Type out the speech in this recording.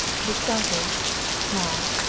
but selfish, small,